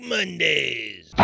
Mondays